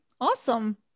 Awesome